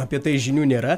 apie tai žinių nėra